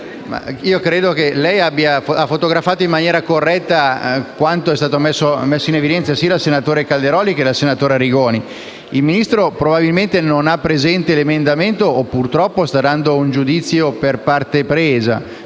credo che lei abbia fotografato in maniera corretta quanto messo in evidenza sia dal senatore Calderoli che dal collega Arrigoni. Il Ministro probabilmente non ha presente l'emendamento o, purtroppo, sta dando un giudizio per partito preso.